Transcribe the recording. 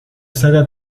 saga